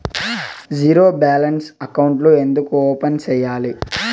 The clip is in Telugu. జీరో బ్యాలెన్స్ అకౌంట్లు ఎందుకు ఓపెన్ సేయాలి